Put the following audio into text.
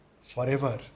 forever